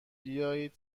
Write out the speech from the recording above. بیایید